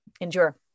endure